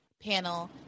panel